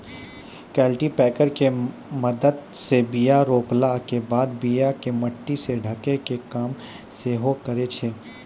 cultipacker के मदत से बीया रोपला के बाद बीया के मट्टी से ढकै के काम सेहो करै छै